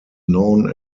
known